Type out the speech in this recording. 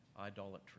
idolatry